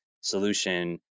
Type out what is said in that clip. solution